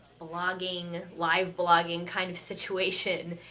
blogging, live-blogging kind of situation, ah,